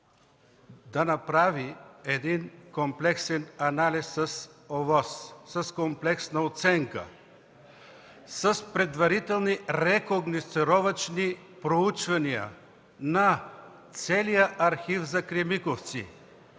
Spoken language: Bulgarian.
да направи комплексен анализ с ОВОС, с комплексна оценка, с предварителни рекогносцировъчни проучвания на целия архив за „Кремиковци”